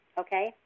okay